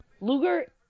Luger